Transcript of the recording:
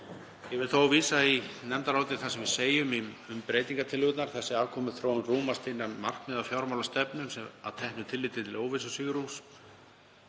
Ég vil þó vísa í nefndarálitið þar sem við segjum um breytingartillögurnar: Þessi afkomuþróun rúmast innan markmiða fjármálastefnu að teknu tilliti til óvissusvigrúms,